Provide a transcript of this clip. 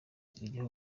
iryo